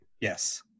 Yes